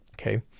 Okay